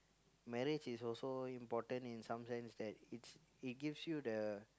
marriage is also important in some sense that it it gives you the